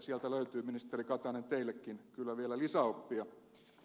sieltä löytyy ministeri katainen teillekin kyllä vielä lisäoppia